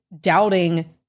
doubting